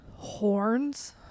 horns